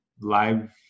live